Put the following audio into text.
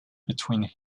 between